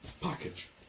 Package